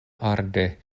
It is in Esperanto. arde